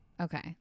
Okay